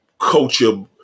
culture